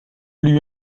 lui